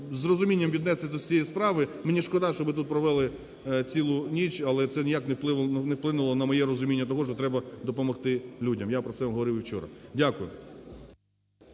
з розумінням віднестися до цієї справи. Мені шкода, що ви тут провели цілу ніч, але це ніяк не вплинуло на моє розуміння того, що треба допомогти людям, я про це вам говорив і вчора. Дякую.